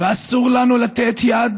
ואסור לנו לתת יד